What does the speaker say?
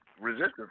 resistance